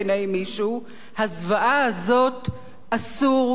הזוועה הזו אסור שתישנה,